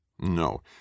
No